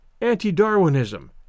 anti-Darwinism